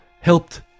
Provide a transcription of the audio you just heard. helped